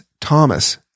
thomas